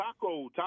taco